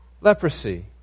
leprosy